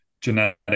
genetic